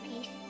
peace